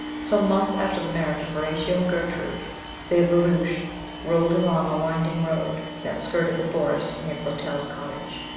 some months after the marriage of horatio and gertrude their barouche rolled along a winding road that skirted the forest near clotel's cottage,